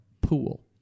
pool